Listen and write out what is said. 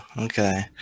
Okay